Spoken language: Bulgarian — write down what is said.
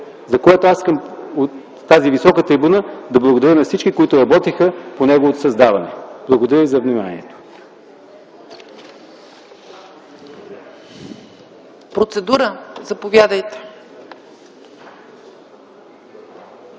за което аз искам от тази висока трибуна да благодаря на всички, които работиха по неговото създаване. Благодаря ви за вниманието.